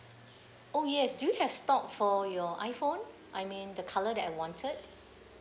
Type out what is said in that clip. oh yes do you have stock for your iPhone I mean the colour that I wanted